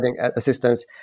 assistance